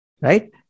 right